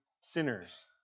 sinners